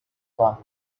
but